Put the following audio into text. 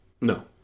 no